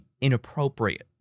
inappropriate